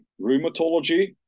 rheumatology